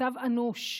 מצב אנוש,